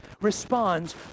responds